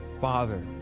father